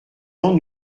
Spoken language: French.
ans